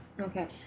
Okay